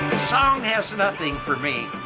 song has nothing for me,